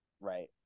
Right